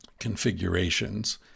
configurations